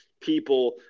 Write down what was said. People